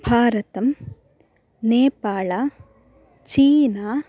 भारतं नेपाळ चीना